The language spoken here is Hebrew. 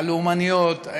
הלאומניות,